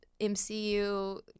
MCU